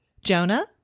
Jonah